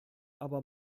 aber